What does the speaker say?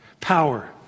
Power